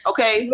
Okay